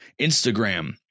Instagram